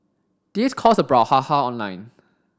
this caused a brouhaha online